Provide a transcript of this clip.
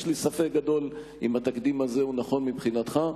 יש לי ספק גדול אם התקדים הזה הוא נכון מבחינתך.